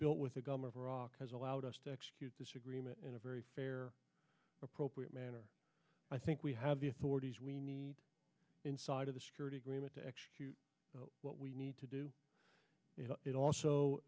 built with a game of iraq has allowed us to execute this agreement in a very fair appropriate manner i think we have the authorities we need inside of the security agreement to execute what we need to do it also